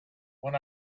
when